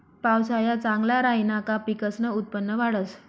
पावसाया चांगला राहिना का पिकसनं उत्पन्न वाढंस